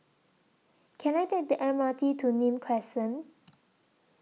Can I Take The M R T to Nim Crescent